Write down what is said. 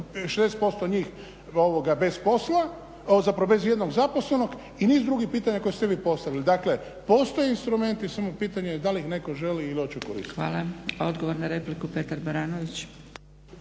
60% njih bez posla, zapravo bez ijednog zaposlenog i niz drugih pitanja koje ste vi postavili. Dakle, postoje instrumenti samo je pitanje da li ih netko želi i hoće koristiti. **Zgrebec, Dragica (SDP)** Hvala. Odgovor na repliku, Petar Baranović.